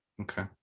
okay